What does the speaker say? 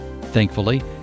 Thankfully